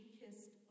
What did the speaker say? kissed